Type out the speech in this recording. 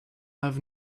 have